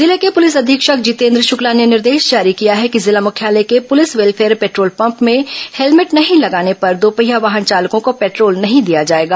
जिले के पुलिस अधीक्षक जितेन्द्र शुक्ला ने निर्देश जारी किया है कि जिला मुख्यालय के पुलिस वेलफेयर पेट्रोल पम्प में हेलमेट नहीं लगाने पर दोपहिया वाहन चालकों को पेट्रोल नहीं दिया जाएगा